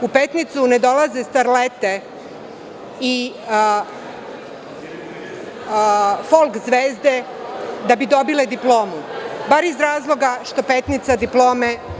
U Petnicu ne dolaze starlete i folk zvezde da bi dobile diplomu, bar iz razloga što Petnica diplome…